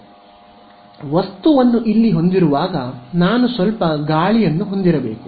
ಆದ್ದರಿಂದ ವಸ್ತುವನ್ನು ಇಲ್ಲಿ ಹೊಂದಿರುವಾಗ ನಾನು ಸ್ವಲ್ಪ ಗಾಳಿಯನ್ನು ಹೊಂದಿರಬೇಕು